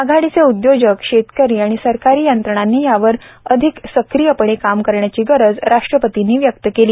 आघाडीचे उद्योजक शेतकरी आणि सरकारी यंत्रणांनी यावर अधिक सक्रीयपणे काम करण्याची गरज राष्ट्रपतींनी व्यक्त केली